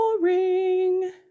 Boring